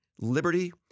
liberty